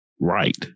right